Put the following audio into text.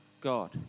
God